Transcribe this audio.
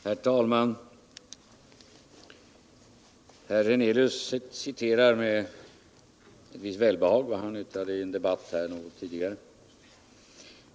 Herr talman! Herr Hernelius citerar med visst välbehag vad han vitrade ien debatt här något tidigare.